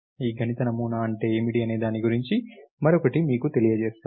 ఈ గణిత నమూనా అంటే ఏమిటి అనే దాని గురించి మరొకటి మీకు తెలియజేస్తాను